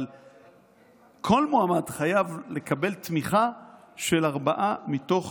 הוא שכל מועמד חייב לקבל תמיכה של ארבעה מתוך